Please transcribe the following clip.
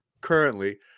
currently